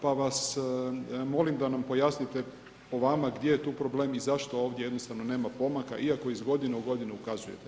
Pa vas molim da nam pojasnite po vama gdje je tu problem i zašto ovdje jednostavno nema pomaka iako iz godine u godinu ukazujete na to?